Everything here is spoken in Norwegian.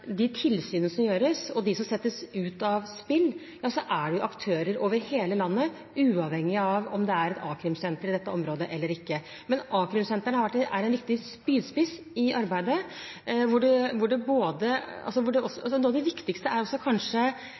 de fylkene som er omfattet av a-krimsentre. Det er det ikke. Strategiene, tiltakene, virkemidlene, hjemlene og kompetansen gjelder for hele landet og for alle bransjene hvor man ser arbeidslivskriminalitet. Når man ser hvor tilsynene gjøres, og hvem som settes ut av spill, er det aktører over hele landet, uavhengig av om det er et a-krimsenter i området eller ikke. A-krimsentrene er en viktig spydspiss i arbeidet. Noe av det viktigste